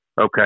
okay